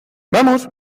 vamos